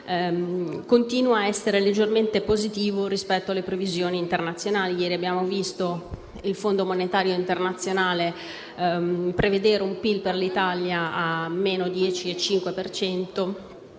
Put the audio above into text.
continua a essere leggermente positivo rispetto alle previsioni internazionali. Ieri abbiamo infatti visto il Fondo monetario internazionale prevedere per l'Italia un calo